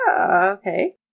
okay